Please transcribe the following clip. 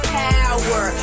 power